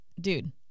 Dude